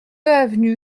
avenue